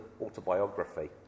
autobiography